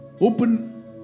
Open